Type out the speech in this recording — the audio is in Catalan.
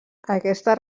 aquestes